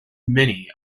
many